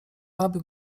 aby